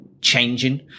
changing